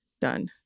done